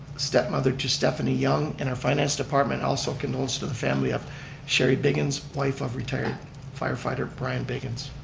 stepmother to stephanie young in our finance department. also, condolences to the family of sherry biggins, wife of retired firefighter, brian biggins.